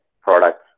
products